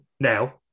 now